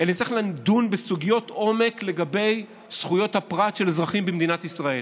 אלא נצטרך לדון בסוגיות עומק לגבי זכויות הפרט של אזרחים במדינת ישראל.